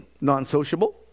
Non-sociable